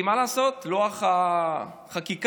מה לעשות, לוח החקיקה